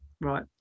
Right